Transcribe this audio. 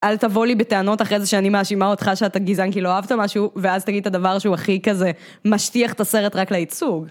אל תבוא לי בטענות אחרי זה שאני מאשימה אותך שאתה גזען כי לא אהבת משהו, ואז תגיד את הדבר שהוא הכי כזה משטיח את הסרט רק לייצוג.